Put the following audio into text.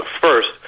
first